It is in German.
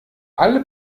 alle